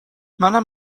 منم